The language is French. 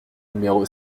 numéro